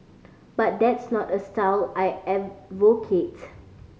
but that's not style I advocate